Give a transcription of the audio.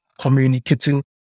communicating